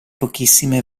pochissime